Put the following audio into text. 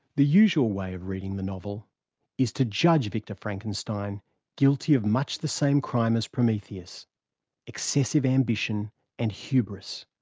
the usual way of reading the novel is to judge victor frankenstein guilty of much the same crime as prometheus excessive ambition and hubris.